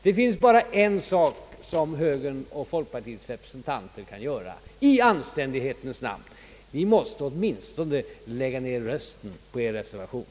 Det finns nämligen bara en sak som högern och folkpartiet i anständighetens namn kan göra: Ni måste åtminstone lägga ned rösterna på er reservation.